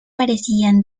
parecían